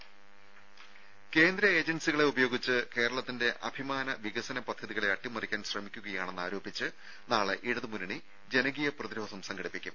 രംഭ കേന്ദ്ര ഏജൻസികളെ ഉപയോഗിച്ച് കേരളത്തിന്റെ അഭിമാന വികസന പദ്ധതികളെ അട്ടിമറിക്കാൻ ശ്രമിക്കുകയാണെന്ന് ആരോപിച്ച് നാളെ ഇടതുമുന്നണി ജനകീയ പ്രതിരോധം സംഘടിപ്പിക്കും